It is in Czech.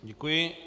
Děkuji.